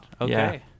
Okay